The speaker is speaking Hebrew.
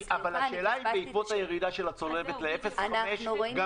השאלה אם בעקבות הירידה של הצולבת ל-0.5 יש גם